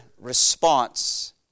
response